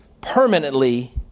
permanently